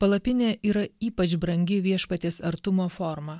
palapinė yra ypač brangi viešpaties artumo forma